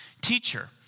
Teacher